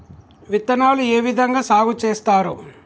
విత్తనాలు ఏ విధంగా సాగు చేస్తారు?